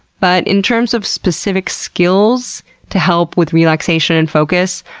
but in terms of specific skills to help with relaxation and focus,